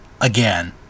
again